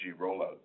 rollout